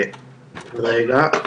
רגע.